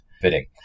fitting